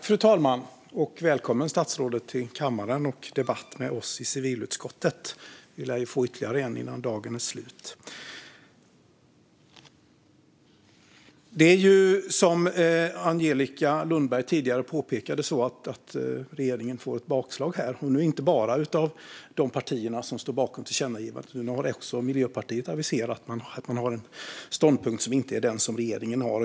Fru talman! Välkommen, statsrådet, till kammaren och debatt med oss i civilutskottet! Vi lär få ytterligare en innan dagen är slut. Som Angelica Lundberg tidigare påpekade får regeringen ett bakslag här och inte bara av de partier som står bakom det föreslagna tillkännagivandet. Om jag har rätt har Miljöpartiet aviserat en ståndpunkt som inte är den som regeringen har.